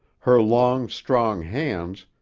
her long, strong hands,